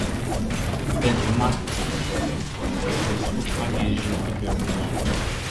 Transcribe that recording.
bent jau matui taip atrodo o iš tiesų ką gi jis žino apie ūlą